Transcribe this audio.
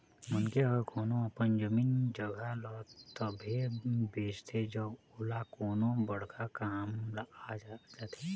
मनखे ह कोनो अपन जमीन जघा ल तभे बेचथे जब ओला कोनो बड़का काम आ जाथे